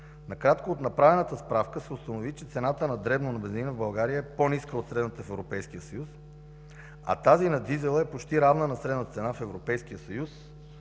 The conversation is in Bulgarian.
Накратко, от направената справка се установи, че цената на дребно на бензина в България е по-ниска от средната в Европейския съюз, а тази на дизела е почти равна на средната цена в